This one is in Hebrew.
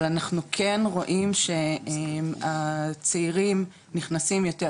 אבל אנחנו כן רואים שהצעירים נכנסים יותר,